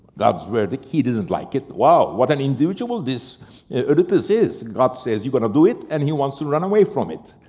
god's verdict, he didn't like it. wow, what an individual this oedipus is! god says, you're gonna do it. and he wants to run away from it.